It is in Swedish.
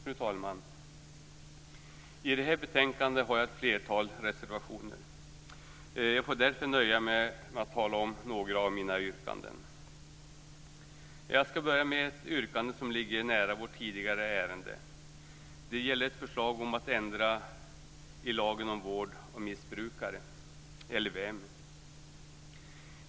Fru talman! I det här betänkandet har jag ett flertal reservationer. Jag får därför nöja mig med att tala om några av mina yrkanden. Jag ska börja med ett yrkande som ligger nära vårt tidigare ärende. Det gäller ett förslag om att ändra i lagen om vård av missbrukare, LVM.